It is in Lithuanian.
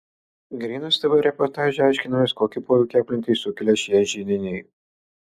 grynas tv reportaže aiškinamės kokį poveikį aplinkai sukelia šie židiniai